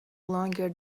longer